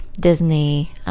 Disney